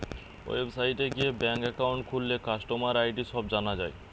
ওয়েবসাইটে গিয়ে bank account খুললে কাস্টমার আই.ডি সব জানা যায়